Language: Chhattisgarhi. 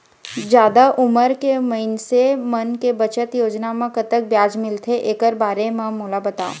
जादा उमर के मइनसे मन के बचत योजना म कतक ब्याज मिलथे एकर बारे म मोला बताव?